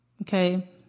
Okay